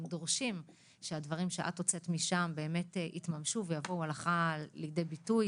דורשים שהדברים שאת הוצאת משם באמת יתממשו ויבואו הלכה למעשה.